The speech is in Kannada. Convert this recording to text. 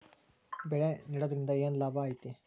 ಬೆಳೆ ನೆಡುದ್ರಿಂದ ಏನ್ ಲಾಭ ಐತಿ?